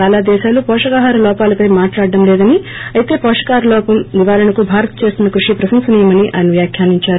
చాలా దేశాలు హోషకాహార లోపాలపై మాట్లాడడం లేదని అయితే విోషకాహార లోప నివారణకు భారత్ చేస్తున్న కృషి ప్రశంసనీయమని వ్యాఖ్యానించారు